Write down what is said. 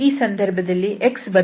ಈ ಸಂದರ್ಭದಲ್ಲಿ xಬದಲಾಗುವುದಿಲ್ಲ